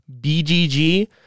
BGG